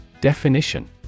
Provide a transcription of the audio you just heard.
Definition